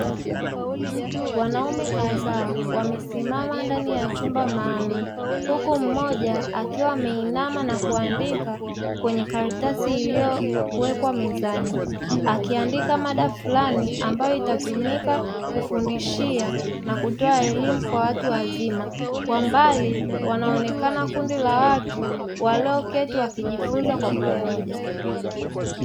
Wanaume kadhaa wamesimama ndani ya chumba maalumu huku mmoja akiwa ameinama na kuandika kwenye karatasi iliyowekwa mezani, akiandika mada fulani ambaýo itatumika kufundishia na kutoa elimu kwa watu wazima. Kwa mbali wanaonekana kundi la watu walioketi wakijifunza kwa pamoja.